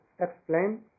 explain